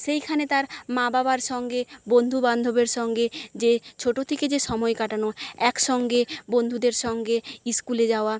সেইখানে তার মা বাবার সঙ্গে বন্ধু বান্ধবের সঙ্গে যে ছোটো থেকে যে সময় কাটানো এক সঙ্গে বন্ধুদের সঙ্গে স্কুলে যাওয়া